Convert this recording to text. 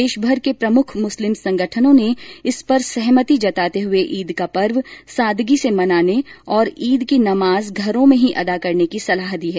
देशमर के प्रमुख मुस्लिम संगठनों ने इस पर सहमति जताते हये ईद का पर्व सादगी से मनाने और ईद की नमाज घरों में ही अदा करने की सलाह दी है